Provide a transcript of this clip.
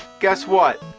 guess what?